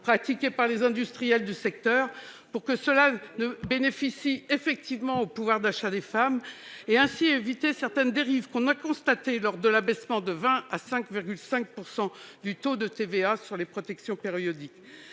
pratiqués par les industriels du secteur pour que la mesure bénéficie effectivement au pouvoir d'achat des femmes et pour éviter certaines dérives constatées lors de l'abaissement de 20 % à 5,5 % du taux de TVA sur les protections périodiques.